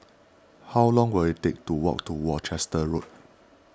how long will it take to walk to Worcester Road